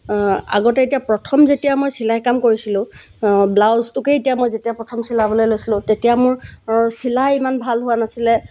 আগতে এতিয়া প্ৰথম যেতিয়া মই চিলাই কাম কৰিছিলোঁ ব্লাউজটোকেই এতিয়া মই যেতিয়া প্ৰথম চিলাবলৈ লৈছিলোঁ তেতিয়া মোৰ চিলাই ইমান ভাল হোৱা নাছিলে